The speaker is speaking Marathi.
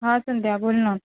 हां संध्या बोल ना